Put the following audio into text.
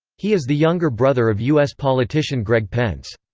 he is the younger brother of u s. politician greg pence.